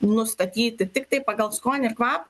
nustatyti tiktai pagal skonį ir kva